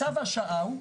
צו השעה הוא,